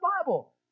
Bible